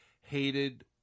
hated